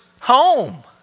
home